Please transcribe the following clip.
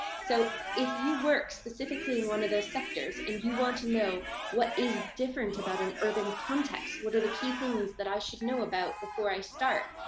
so if you work specifically in one of those sectors and you want to know what is different about an urban context, what are the key things that i should know about? before i start,